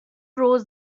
rose